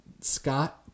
Scott